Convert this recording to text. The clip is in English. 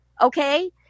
okay